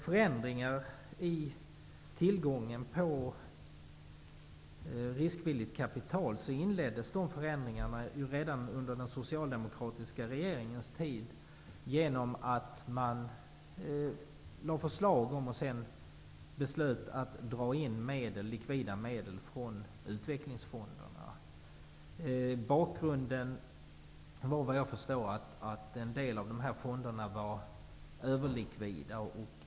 Förändringarna i tillgången på riskvilligt kapital inleddes redan under den socialdemokratiska regeringens tid, då regeringen lade fram förslag om och riksdagen sedan beslöt att dra in likvida medel från utvecklingsfonderna. Bakgrunden var vad jag förstår att en del av fonderna var överlikvida.